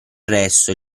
resto